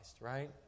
right